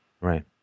Right